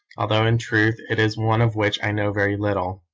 although in truth it is one of which i know very little,